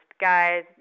guys